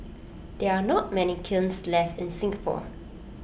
there are not many kilns left in Singapore